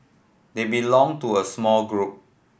they belong to a small group